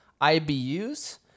IBUs